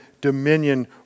dominion